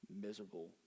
miserable